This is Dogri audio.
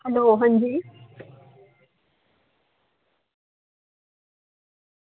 हैलो हां जी